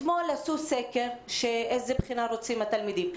אתמול עשו סקר איזה בחינה רוצים התלמידים.